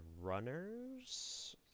runners